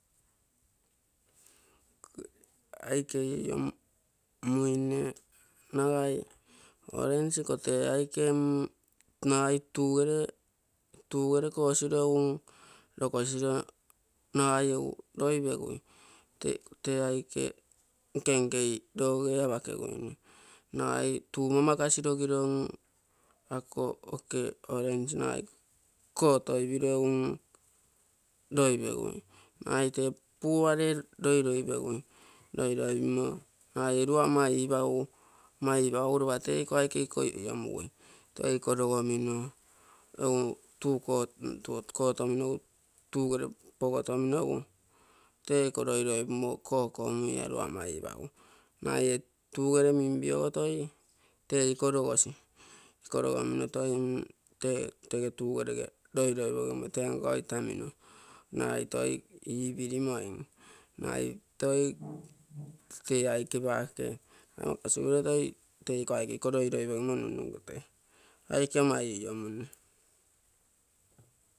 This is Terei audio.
Aike iu-iomuine nagai osange iko tee aike ma nagai tugere kogiro egu lokosiro nagai egu loipegui, tee aike nke-nkei loge apakeguine, nagai tua mamakasi logiro mmako oke orange nagai kotopiro egu ma loipegui nagai tee puare loi-loipegui, loiloipimo nagaiee ua ama ipagugo ropa tee iko aike iko ama ioiomugui, toi iko logomino egu tuu kotomino egu tugere pogotomino egu tee iko laloipomo kokomui tee iko ia lua ama iipagugui nagai ee tugere minppooge toi tee iko logosi iko iogomino toi mm tege tugerege loiloipogimo tenko itamino. Nagai toi tee iko aike iko loiloipogimo nunnun aike ama ia-iomunne.